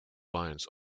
vines